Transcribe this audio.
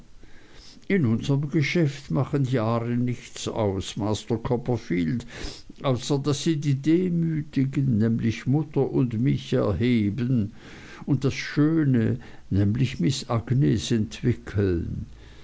in unserm geschäft machen jahre nichts aus master copperfield außer daß sie die demütigen nämlich mutter und mich erheben und das schöne nämlich miß agnes entwickeln